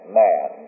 man